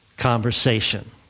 conversation